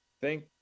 thank